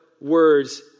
words